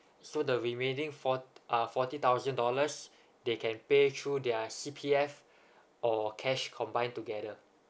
so the remaining fort~ uh forty thousand dollars they can pay through their C_P_F or cash combined together